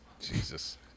Jesus